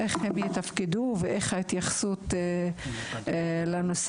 איך הן יתפקדו ואיך ההתייחסות לנושא,